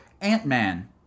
Ant-Man